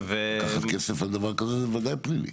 לקחת כסף על דבר כזה זה בוודאי פלילי.